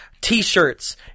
t-shirts